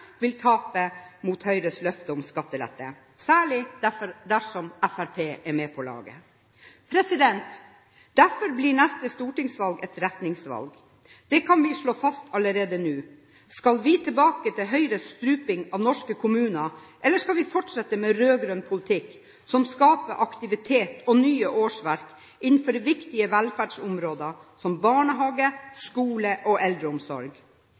vil tape mot Høyres løfter om skattelette, særlig dersom Fremskrittspartiet er med på laget. Derfor blir neste stortingsvalg et retningsvalg. Det kan vi slå fast allerede nå. Skal vi tilbake til Høyres struping av norske kommuner, eller skal vi fortsette med rød-grønn politikk som skaper aktivitet og nye årsverk innenfor viktige velferdsområder som barnehage, skole og eldreomsorg.